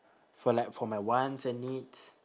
for like for my wants and needs